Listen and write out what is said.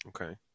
Okay